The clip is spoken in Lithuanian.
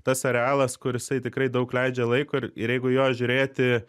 tas arealas kur jisai tikrai daug leidžia laiko ir ir jeigu jo žiūrėti